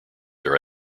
are